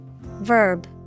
Verb